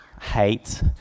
hate